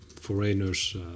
foreigners